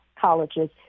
colleges